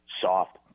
soft